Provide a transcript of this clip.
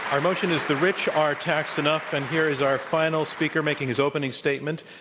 our motion is the rich are taxed enough. and here is our final speaker, making his opening statement,